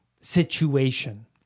situation